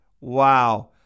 wow